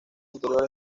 interior